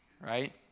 right